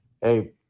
hey